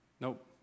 nope